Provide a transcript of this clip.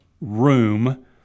room